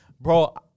Bro